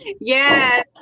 yes